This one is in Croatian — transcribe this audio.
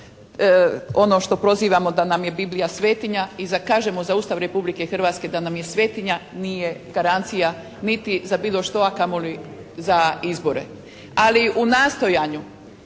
ono što prozivamo da nam je Biblija svetinja i kažemo za Ustav Republike Hrvatske da nam je svetinja. Nije garancija niti za bilo što, a kamoli za izbore. Ali u nastojanju